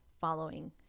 following